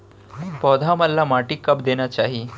पौधा मन ला माटी कब देना चाही?